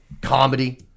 comedy